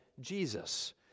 Jesus